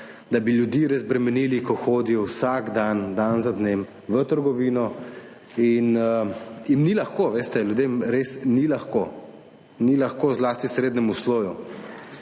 da bi ljudi razbremenili, ko hodijo vsak dan, dan za dnem v trgovino in jim ni lahko. Veste, ljudem res ni lahko. Ni lahko zlasti srednjemu sloju.